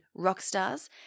Rockstars